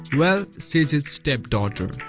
well, she's his stepdaughter.